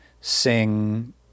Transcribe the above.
sing